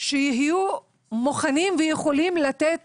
שיהיו מוכנים ויכולים לתת